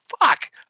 fuck